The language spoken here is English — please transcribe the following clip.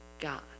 God